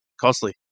costly